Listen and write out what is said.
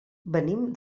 venim